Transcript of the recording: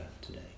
today